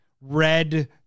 red